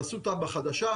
תעשו תב"ע חדשה',